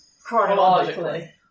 chronologically